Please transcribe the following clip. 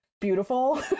beautiful